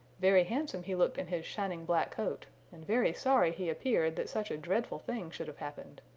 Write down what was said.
very handsome he looked in his shining black coat and very sorry he appeared that such a dreadful thing should have happened.